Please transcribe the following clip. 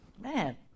Man